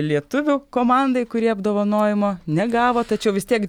lietuvių komandai kuri apdovanojimo negavo tačiau vis tiek